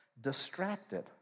distracted